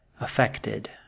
affected